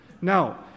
Now